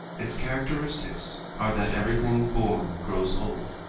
its characteristics are that everything born grows old,